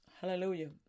Hallelujah